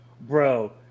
bro